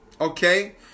Okay